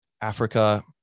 africa